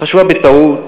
חשבה בטעות שיהודי,